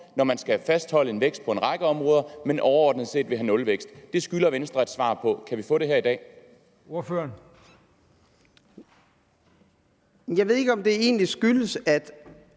når man skal fastholde en vækst på en række områder, men overordnet set vil have nulvækst? Det skylder Venstre et svar på – kan vi få det her i dag?